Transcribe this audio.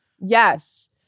yes